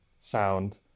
sound